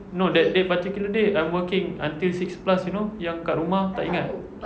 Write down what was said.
no that day particular day I'm working until six plus you know yang dekat rumah tak ingat